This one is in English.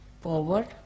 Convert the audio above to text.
forward